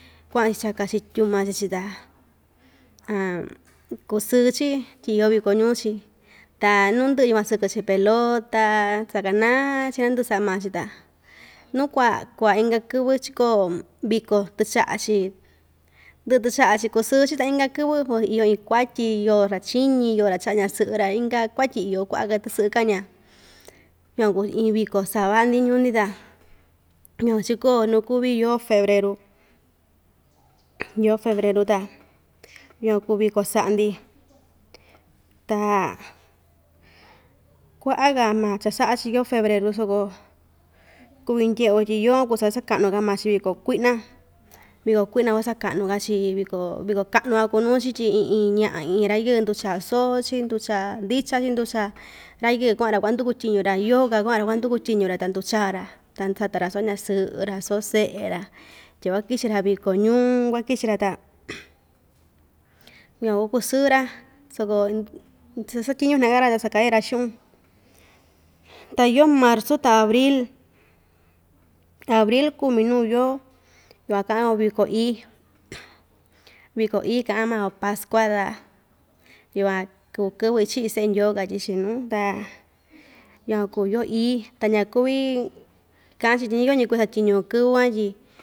Kua'an‑chi chaka‑chi tyuma chi‑chi ta kusɨɨ‑chi tyi iyo viko ñuu‑chi ta nu ndɨ'ɨ yukuan sɨkɨ‑chi pelota, sakaná‑chi na ndɨ'ɨ sa'a maa‑chi ta nuu kua kua inka kɨvɨ chiko viko tɨcha'a‑chi ndɨ'ɨ tɨcha'a‑chi kusɨɨ‑chi ta inka kɨvɨ iyo iin kuatyi yoo‑ra chíñi yoo‑ra cha'a ña'a sɨ'ɨ‑ra inka kuatyi iyo kua'a‑ka tɨsɨ'ɨ kaña yukuan kuu iin viko sava'a‑ndi ñuu‑ndi ta yukuan chiko nu kuvi yoo febreru yoo febreru ta yukuan kuu viko sa'a‑ndi, ta kua'a‑ka ma cha‑sa'a‑chi yoo febreru soko kuvi ndye'e‑yo tyi yoo van kuu chasaka'nu‑ka maa‑chi viko kui'na viko kui'na kuasaka'nuka‑chi viko viko ka'nu‑ka kuu nuu‑chi tyi iin iin ña'a iin iin ra‑yɨɨ ndu‑chaa soo‑chi ndu‑chaa ndichan‑chi nducha ra‑yɨɨ kua'an‑ra kuandukutyiñu‑ra yoo‑ka kua'an‑ra kuandukutyiñu‑ra ta nducha‑ra ta sata‑ra soo ña'a sɨ'ɨ‑ra soo se'e‑ra tyi kuakichi‑ra viko ñuu kuakichi‑ra ta yukuan kuakusɨɨ‑ra soko satyiñu hnaka‑ra ta sakaya‑ra xu'un ta yoo marzu ta abril, abril kuu minu yoo yukuan ka'an‑yo viko ií viko ií ka'an maa‑yo pascua ta yukuan kuu kɨvɨ ichi'i se'e ndyoo katyi‑chi nuu ta yukuan kuu yoo ií ta ñakuvi ka'an‑chi tyi ñayoñi kuu satyiñu kɨvɨ van tyi.